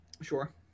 Sure